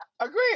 Agree